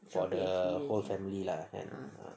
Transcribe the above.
for the clothes only lah